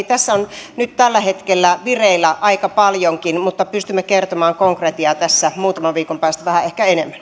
tässä on nyt tällä hetkellä vireillä aika paljonkin mutta pystymme kertomaan konkretiaa tästä muutaman viikon päästä ehkä vähän enemmän